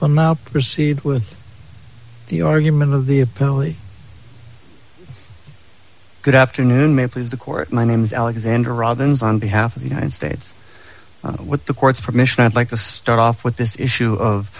out proceed with the argument of the apparently good afternoon may please the court my name is alexander robbins on behalf of the united states with the court's permission i'd like to start off with this issue of